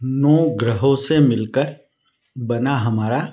नौ ग्रहों से मिलकर बना हमारा